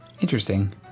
Interesting